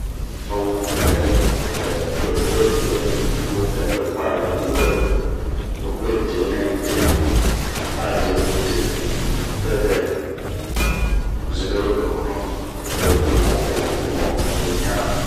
wopɛ, wopɛɛ to n'we de'eni, a vɛ de'ere, a de'eni n'te. Dɛdɛ to mu ɲiana.